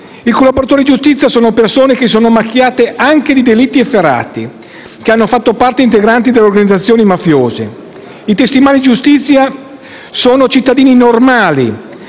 I collaboratori di giustizia sono persone che si sono macchiate anche di delitti efferati e hanno fatto parte integrante delle organizzazioni mafiose; i testimoni di giustizia sono cittadini normali,